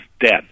dead